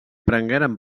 prengueren